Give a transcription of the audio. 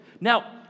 Now